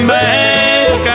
back